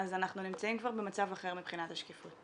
אז אנחנו נמצאים כבר במצב אחר מבחינת השקיפות .